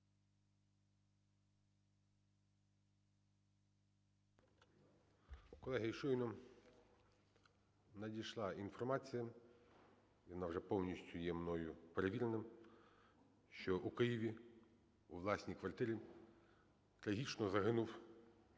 Колеги, щойно надійшла інформація, і вона вже повністю є мною перевірена, що у Києві у власній квартирі трагічно загинув наш